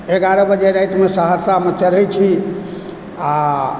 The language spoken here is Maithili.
एगारह बजे रातिमे सहरसामे चढ़य छी आ